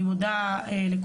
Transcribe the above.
אני מודה לכולם,